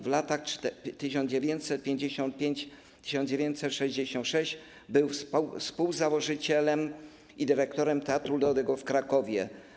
W latach 1955-1966 był współzałożycielem i dyrektorem Teatru Ludowego w Krakowie.